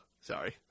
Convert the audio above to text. Sorry